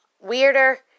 weirder